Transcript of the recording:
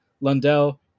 Lundell